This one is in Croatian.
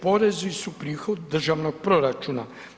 Porezi su prihodi državnog proračuna.